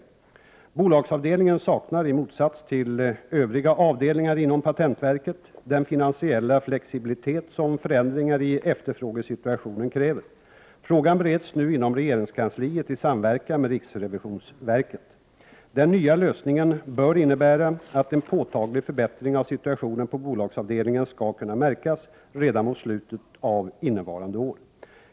135 Bolagsavdelningen saknar i motsats till övriga avdelningar inom patentverket den finansiella flexibilitet som förändringar i efterfrågesituationen kräver. Frågan bereds nu inom regeringskansliet, i samverkan med riksrevisionsverket. Den nya lösningen bör innebära att en påtaglig förbättring av situationen på bolagsavdelningen skall kunna märkas redan mot slutet av innevarande år.